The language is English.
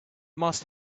must